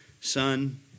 Son